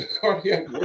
cardiac